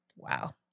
Wow